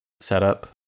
setup